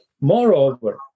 Moreover